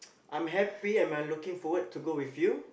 I'm happy and I'm looking forward to go with you